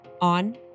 on